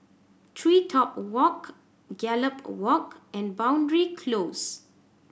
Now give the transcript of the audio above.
TreeTop Walk Gallop Walk and Boundary Close